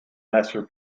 lesser